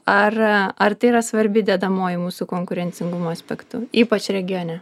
ar ar tai yra svarbi dedamoji mūsų konkurencingumo aspektu ypač regione